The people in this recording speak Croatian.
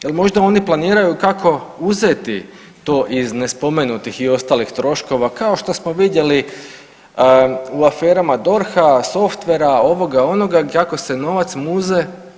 Jel' možda oni planiraju kako uzeti to iz nespomenutih i ostalih troškova kao što smo vidjeli u aferama DORH-a, softvera, ovoga onoga, kako se novac muze?